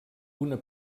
una